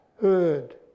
heard